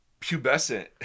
pubescent